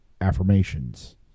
affirmations